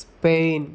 Spain